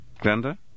Glenda